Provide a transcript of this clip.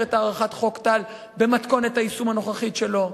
את הארכת חוק טל במתכונת היישום הנוכחית שלו.